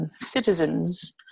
citizens